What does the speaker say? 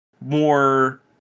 more